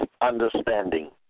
understanding